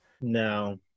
No